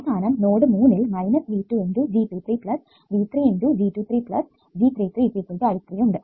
അവസാനം നോഡ് 3 ഇൽ V2 × G23 V3 × G23 G33 I3 ഉണ്ട്